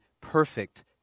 perfect